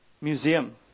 Museum